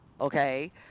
okay